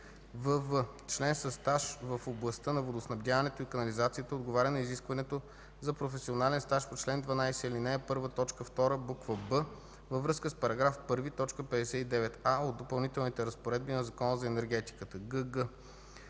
вв) член със стаж в областта на водоснабдяването и канализацията отговаря на изискването за професионален стаж по чл. 12, ал. 1, т. 2, буква „б” във връзка с § 1, т. 59а от допълнителните разпоредби на Закона за енергетиката;